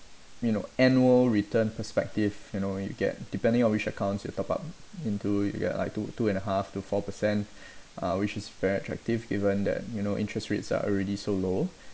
you know annual return perspective you know you get depending on which accounts you top up into ya like two two and a half to four percent uh which is very attractive given that you know interest rates are already so low